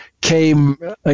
came